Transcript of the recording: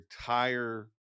entire